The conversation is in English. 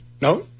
No